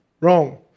Wrong